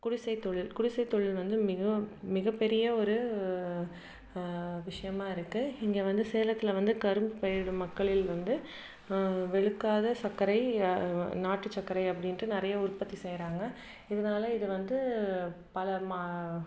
குடிசை தொழில் குடிசை தொழில் வந்து மிகவும் மிக பெரிய ஒரு விஷயமா இருக்குது இங்கே வந்து சேலத்தில் வந்து கரும்பு பயிரிடும் மக்களில் வந்து வெளுக்காத சர்க்கரை நாட்டு சர்க்கரை அப்படின்ட்டு நிறையா உற்பத்தி செய்கிறாங்க இதனால இது வந்து பலமா